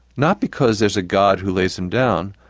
not because there's a god who lays them down,